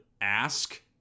ask